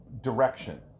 direction